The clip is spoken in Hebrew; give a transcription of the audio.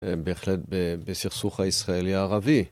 בהחלט בסכסוך הישראלי הערבי.